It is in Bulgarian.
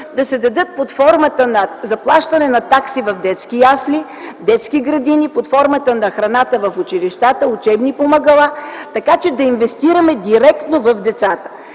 да се дадат под формата на заплащане на такси в детски ясли, детски градини, под формата на храната в училищата, учебни помагала, така че да инвестираме директно в децата.